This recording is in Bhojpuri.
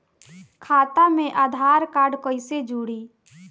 खाता मे आधार कार्ड कईसे जुड़ि?